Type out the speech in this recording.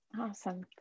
Awesome